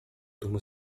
turma